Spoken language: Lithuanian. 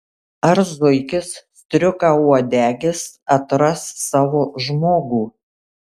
ar zuikis striukauodegis atras savo žmogų